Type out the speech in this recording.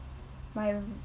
my